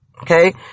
Okay